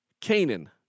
Canaan